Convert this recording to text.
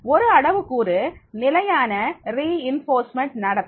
ஒரு அளவு கூறு நிலையான வலுவூட்டல் நடத்தை